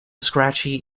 scratchy